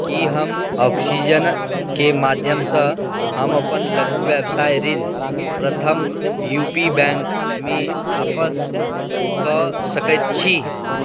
की हम ऑक्सीजनके माध्यमसँ हम अपन लघु व्यवसाय ऋण प्रथम यू पी बैंकमे वापस कऽ सकैत छी